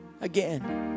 again